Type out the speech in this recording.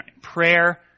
prayer